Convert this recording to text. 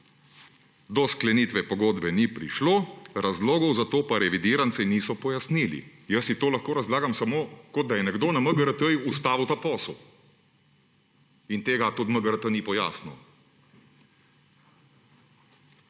Do sklenitve pogodbe ni prišlo, razlogov za to pa revidiranci niso pojasnili.« Jaz si to lahko razlagam samo, kot da je nekdo na MGRT ustavil ta posel. In tega tudi MGRT ni pojasnil.